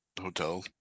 hotel